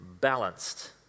balanced